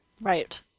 Right